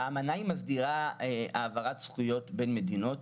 האמנה מסדירה העברת זכויות בין מדינות.